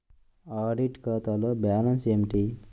Audit ఖాతాలో balance ఏమిటీ?